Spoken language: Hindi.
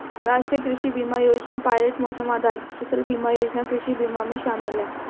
राष्ट्रीय कृषि बीमा योजना पायलट मौसम आधारित फसल बीमा योजना कृषि बीमा में शामिल है